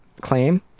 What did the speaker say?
claim